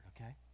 okay